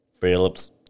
Phillips